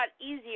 easier